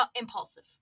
impulsive